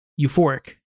euphoric